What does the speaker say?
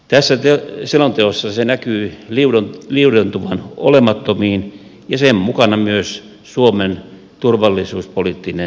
tässä selonteossa se näkyy liudentuvan olemattomiin ja sen mukana myös suomen turvallisuuspoliittinen linja